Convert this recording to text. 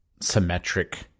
symmetric